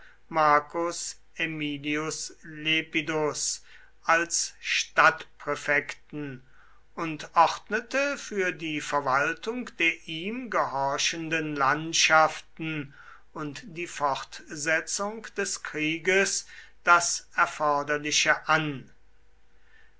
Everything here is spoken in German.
marcus aemilius lepidus als stadtpräfekten und ordnete für die verwaltung der ihm gehorchenden landschaften und die fortsetzung des krieges das erforderliche an